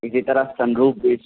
اسی طرح sunroof بھی